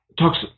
talks